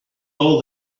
all